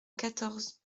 quatorze